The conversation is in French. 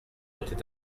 était